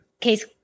Case